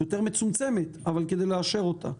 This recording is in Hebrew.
רשימה יותר מצומצמת, אבל כדי לאשר אותה.